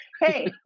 Hey